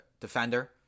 defender